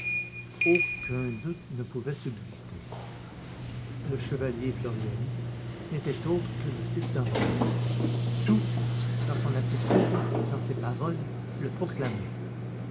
aucun doute ne pouvait subsister le chevalier floriani n'était autre que le fils d'henriette tout dans son attitude dans ses paroles le proclamait